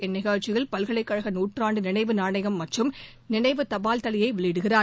இந்நிகழ்ச்சியில் பல்கலைக்கழக நூற்றாண்டு நினைவு நாணயம் மற்றும் நினைவு தபால் தலையை வெளியிடுகிறார்